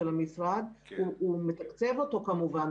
המשרד הוא על ידי תקצוב,